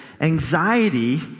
anxiety